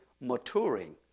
maturing